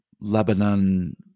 Lebanon